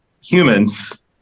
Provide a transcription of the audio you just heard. humans